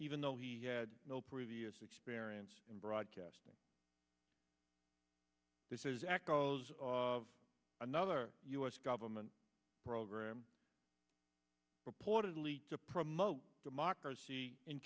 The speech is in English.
even though he had no previous experience in broadcasting this is ackles of another u s government program reportedly to promote democracy in